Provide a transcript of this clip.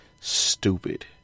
stupid